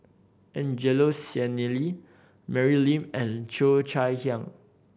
Angelo Sanelli Mary Lim and Cheo Chai Hiang